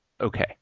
okay